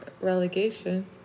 relegation